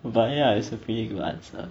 but yeah it's a pretty good answer